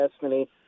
destiny